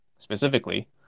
specifically